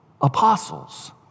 apostles